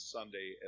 Sunday